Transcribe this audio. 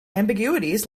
ambiguities